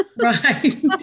Right